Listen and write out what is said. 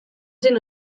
zen